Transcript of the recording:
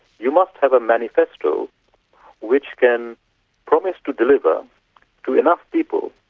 you must have a manifesto which can promise to deliver to enough people,